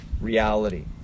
reality